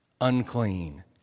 unclean